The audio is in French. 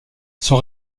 son